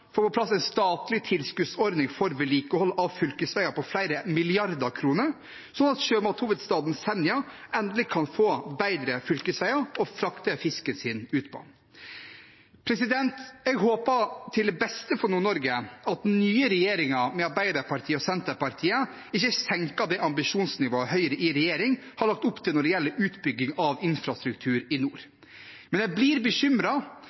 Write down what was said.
på plass en statlig tilskuddsordning for vedlikehold av fylkesveier på flere milliarder kroner, slik at sjømathovedstaden Senja endelig kan få bedre fylkesveier til å frakte ut fisken sin. Jeg håper til beste for Nord-Norge at den nye regjeringen med Arbeiderpartiet og Senterpartiet ikke senker det ambisjonsnivået Høyre i regjering har lagt opp til når det gjelder utbygging av infrastruktur i nord, men jeg blir